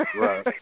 Right